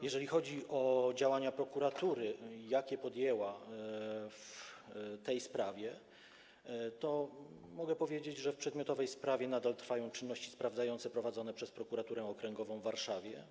Jeżeli chodzi o to, jakie działania podjęła prokuratura w tej sprawie, to mogę powiedzieć, że w przedmiotowej sprawie nadal trwają czynności sprawdzające prowadzone przez Prokuraturę Okręgową w Warszawie.